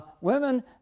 women